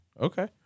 Okay